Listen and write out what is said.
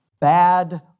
bad